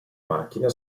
macchina